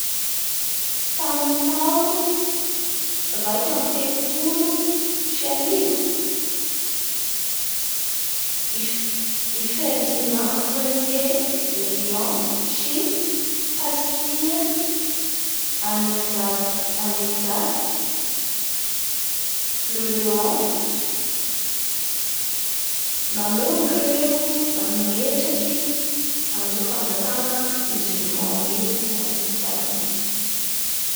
Tamin'ny tao raika ambin'ny telopolo sy arivo i F-Ferdina Premier De Lion sy Castille Anexade-Anexasse Le Leon nanomboky reonametraky an'io fanjakana Musulmant io tao Espagne.